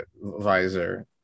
visor